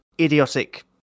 idiotic